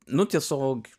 nu tiesiog